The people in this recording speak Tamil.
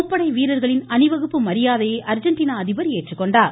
முப்படை வீரர்களின் அணிவகுப்பு மரியாதையை அர்ஜெண்டினா அதிபர் ஏற்றுக்கொண்டார்